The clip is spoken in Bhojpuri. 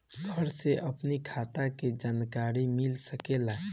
घर से अपनी खाता के जानकारी मिल सकेला?